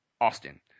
Austin